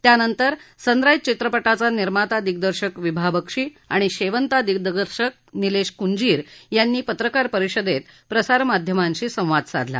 त्यानंतर सनरा जि चित्रपटाचा निर्माता दिग्दर्शक विभाबक्षी आणि शेवंता दिग्दर्शक निलेश कुंजीर यांनी पत्रकार परिषदेत प्रसारमाध्यमांशी संवाद साधला